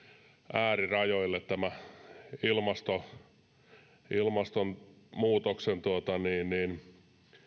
äärirajoille tämä ilmastonmuutoksen